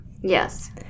Yes